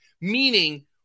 Meaning